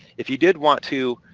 if you did want to